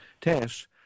tests